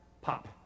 pop